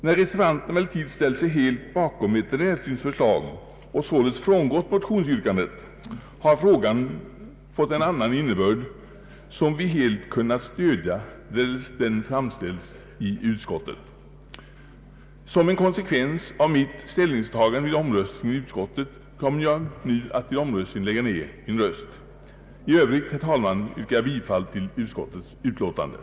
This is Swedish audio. När reservanterna emellertid ställt sig helt bakom veterinärstyrelsens förslag och sålunda frångått motionsyrkandet, har frågan fått en annan innebörd, som vi helt kunnat stödja därest detta framställts i utskottet. Som en konsekvens av mitt ställningstagande vid omröstningen i utskottet kommer jag nu att vid voteringen lägga ned min röst. I övrigt, herr talman, yrkar jag bifall till utskottets hemställan.